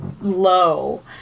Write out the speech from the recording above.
low